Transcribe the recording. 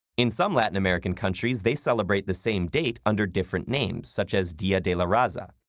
in some latin american countries, they celebrate the same date under different names, such as dia de la raza.